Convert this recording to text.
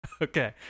Okay